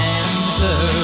answer